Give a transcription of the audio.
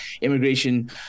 immigration